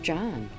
John